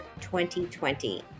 2020